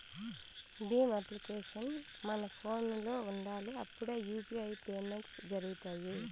Bhim application మన ఫోనులో ఉండాలి అప్పుడే యూ.పీ.ఐ పేమెంట్స్ జరుగుతాయి